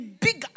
bigger